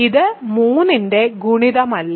ഇത് 3 ന്റെ ഗുണിതമല്ല